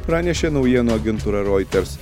pranešė naujienų agentūra reuters